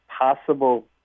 possible